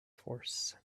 force